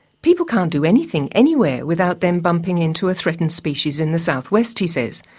people can't do anything anywhere without them bumping into a threatened species in the southwest, he says.